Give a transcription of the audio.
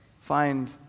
Find